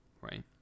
right